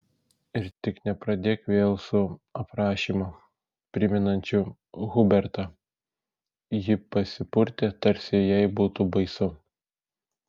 ir tik nepradėk vėl su aprašymu primenančiu hubertą ji pasipurtė tarsi jai būtų baisu